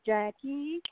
Jackie